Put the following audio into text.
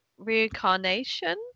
reincarnation